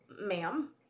Ma'am